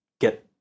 get